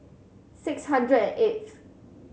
six hundred and eighth